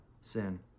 sin